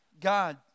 God